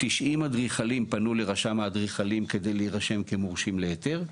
90 אדריכלים פנו לרשם האדריכלים כדי להירשם למורשים להיתר.